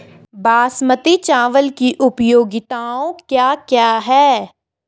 बासमती चावल की उपयोगिताओं क्या क्या हैं?